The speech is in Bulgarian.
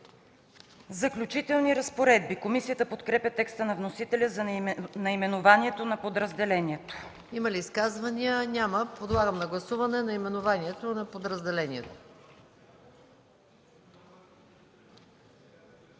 „Заключителни разпоредби”. Комисията подкрепя текста на вносителя за наименованието на подразделението. ПРЕДСЕДАТЕЛ МАЯ МАНОЛОВА: Има ли изказвания? Няма. Подлагам на гласуване наименованието на подразделението.